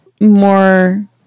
more